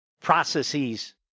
processes